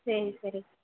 சரி சரி